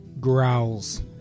growls